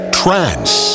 trance